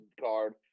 card